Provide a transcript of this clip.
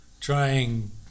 trying